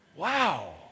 Wow